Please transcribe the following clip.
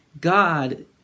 God